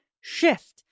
shift